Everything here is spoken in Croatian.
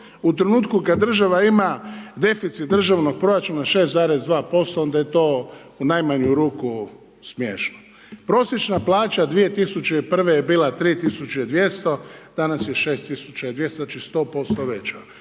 u trenutku kad država ima deficit državnog proračuna 6,2% onda je to u najmanju ruku smiješno. Prosječna plaća 2001. je bila 3200, danas je 6200, znači 100% veća.